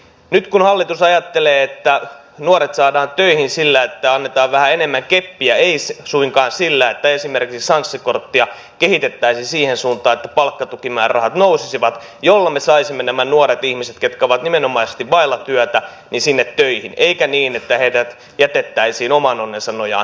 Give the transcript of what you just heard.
nyt hallitus ajattelee että nuoret saadaan töihin sillä että annetaan vähän enemmän keppiä ei suinkaan sillä että esimerkiksi sanssi korttia kehitettäisiin siihen suuntaan että palkkatukimäärärahat nousisivat jolloin me saisimme nämä nuoret ihmiset ketkä ovat nimenomaisesti vailla työtä sinne töihin eikä niin että heidät jätettäisiin oman onnensa nojaan